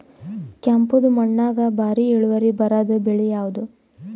ಕೆಂಪುದ ಮಣ್ಣಾಗ ಭಾರಿ ಇಳುವರಿ ಬರಾದ ಬೆಳಿ ಯಾವುದು?